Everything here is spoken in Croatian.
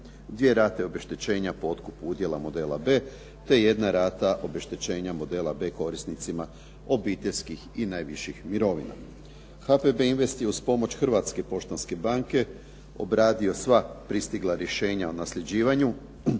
dvije rate obeštećenja po otkupu udjela modela B, te jedna rata obeštećenja modela B korisnicima obiteljskih i najviših mirovina. HPB Invest je uz pomoć Hrvatske poštanske banke obradio sva pristigla rješenja o nasljeđivanju